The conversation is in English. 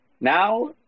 now